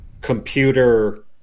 computer